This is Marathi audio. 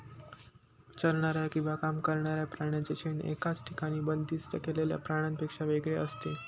चरणाऱ्या किंवा काम करणाऱ्या प्राण्यांचे शेण एकाच ठिकाणी बंदिस्त केलेल्या प्राण्यांपेक्षा वेगळे असते